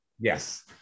Yes